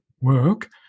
work